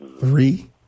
three